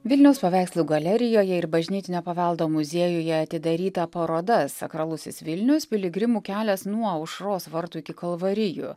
vilniaus paveikslų galerijoje ir bažnytinio paveldo muziejuje atidaryta paroda sakralusis vilnius piligrimų kelias nuo aušros vartų iki kalvarijų